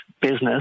business